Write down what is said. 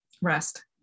rest